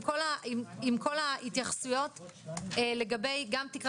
עד יום י"ד באב התשפ"ג (1 באוגוסט 2023),